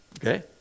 okay